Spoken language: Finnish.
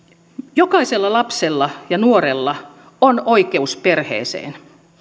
jokaisella lapsella ja nuorella on oikeus perheeseen